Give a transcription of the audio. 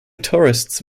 tourists